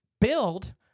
build